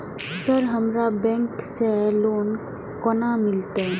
Sir हमरा bank से loan केना मिलते?